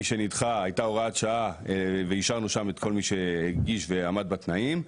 מי שנדחה הייתה הוראת שעה ואישרנו שם את כל מי שהגיש ועמד בתנאים,